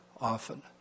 often